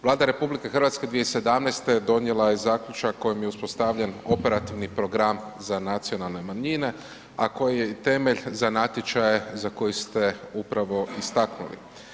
Vlada RH 2017. donijela je zaključak kojim je uspostavljen operativni program za nacionalne manjine a koji je i temelj za natječaje za koje ste upravo istaknuli.